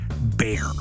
Bear